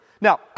Now